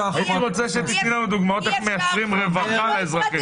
הייתי רוצה שתתני לנו דוגמאות איך מייצרים רווחה לאזרחים.